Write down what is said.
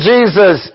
Jesus